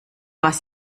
was